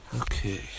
Okay